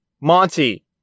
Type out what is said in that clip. Monty